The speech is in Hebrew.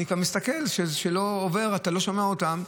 ואני מסתכל אם מישהו עובר ואני לא שומע אותו.